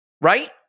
right